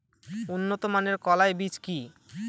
উন্নত মানের কলাই বীজ কি?